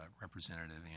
representative